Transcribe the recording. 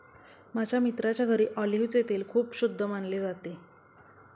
माझ्या मित्राच्या घरी ऑलिव्हचे तेल खूप शुद्ध मानले जाते